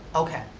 okay,